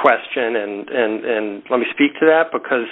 question and let me speak to that because